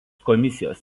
komisijos